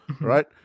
Right